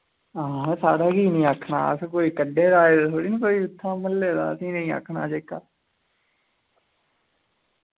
हां साढ़ै की नी आक्खना अस कोई कड्ढे दे आए दे थोह्ड़ी न कोई इत्थुआं म्हल्ले दा असें नेईं आक्खना जेह्का